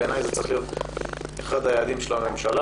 בעיניי זה צריך להיות אחד היעדים של הממשלה.